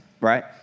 right